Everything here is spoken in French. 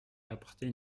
apporter